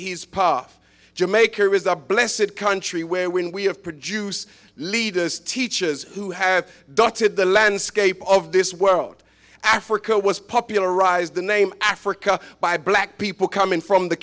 he's puff jamaica is a blessing country where when we have produce leaders teachers who have dotted the landscape of this world africa was popularized the name africa by black people coming from the